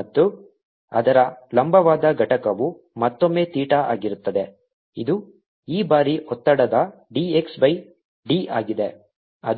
ಮತ್ತು ಅದರ ಲಂಬವಾದ ಘಟಕವು ಮತ್ತೊಮ್ಮೆ ಥೀಟಾ ಆಗಿರುತ್ತದೆ ಇದು ಈ ಬಾರಿ ಒತ್ತಡದ d x ಬೈ d ಆಗಿದೆ